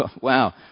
wow